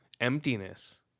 emptiness